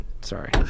Sorry